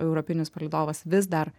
europinis palydovas vis dar